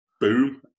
Boom